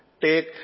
take